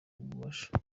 ububasha